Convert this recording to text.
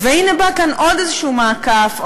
והנה בא כאן עוד איזשהו מעקף,